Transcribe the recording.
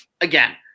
again